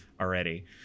already